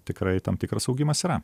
tikrai tam tikras augimas yra